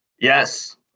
Yes